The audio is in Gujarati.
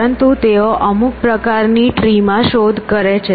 પરંતુ તેઓ અમુક પ્રકારની ટ્રી માં શોધ કરે છે